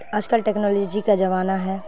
آج کل ٹیکنالوجی کا زمانہ ہے